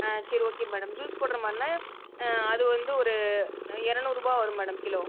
ஆ சரி okay madam juice போடுற மாதிரின்னா அது வந்து ஒரு எரநூறுபா வரும் மேடம் கிலோ